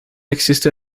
existe